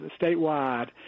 Statewide